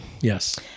Yes